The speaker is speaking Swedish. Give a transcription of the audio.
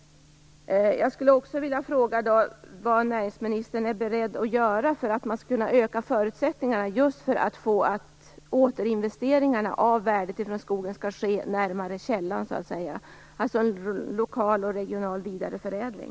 Vad är näringsministern beredd att göra för att öka förutsättningarna just för att återinvesteringarna i fråga om värdet av skogen skall ske "närmare källan"? Det handlar alltså om en lokal och en regional vidareförädling.